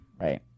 Right